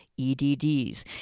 EDDs